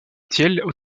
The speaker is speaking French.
tielle